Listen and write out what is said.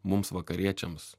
mums vakariečiams